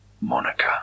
Monica